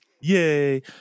Yay